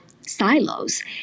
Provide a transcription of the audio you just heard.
silos